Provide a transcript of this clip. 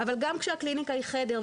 אבל גם כשהקליניקה היא חדר.